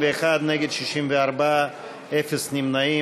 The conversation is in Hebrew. (ג) להצביע.